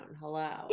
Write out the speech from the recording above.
Hello